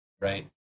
right